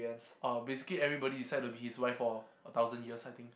oh basically everybody is sad to be his wife for a thousand years I think